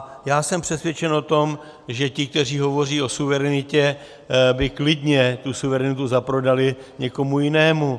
A já jsem přesvědčen o tom, že ti, kteří hovoří o suverenitě, by klidně tu suverenitu zaprodali někomu jinému.